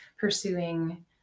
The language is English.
pursuing